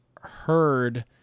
heard